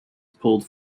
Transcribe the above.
pulled